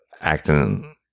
acting